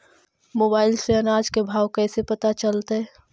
Mobile से अनाज के भाव कैसे पता चलतै?